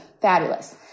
Fabulous